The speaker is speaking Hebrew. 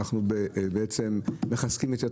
אנחנו בעצם מחזקים את ידך.